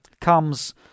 comes